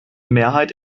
mehrheit